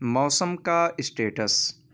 موسم کا اسٹیٹس